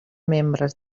membres